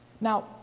Now